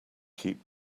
keep